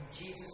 Jesus